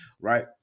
right